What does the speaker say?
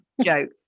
joke